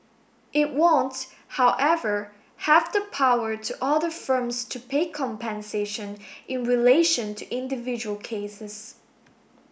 it won't however have the power to order firms to pay compensation in relation to individual cases